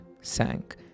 sank